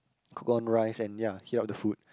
cook on rice and ya heat up the food